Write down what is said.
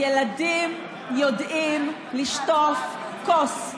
ילדים יודעים לשטוף כוס.